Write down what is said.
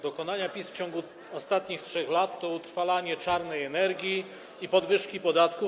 Dokonania PiS w ciągu ostatnich 3 lat to utrwalanie czarnej energii i podwyżki podatków.